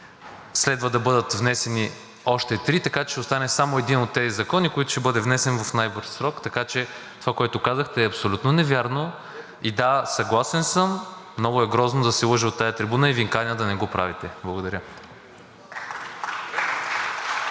Следва да бъдат внесени още три, така че ще остане само един от тези закони, който ще бъде внесен в най-бърз срок. Така че това, което казахте, е абсолютно невярно. Да, съгласен съм, че е много грозно да се лъже от тази трибуна и Ви каня да не го правите. Благодаря.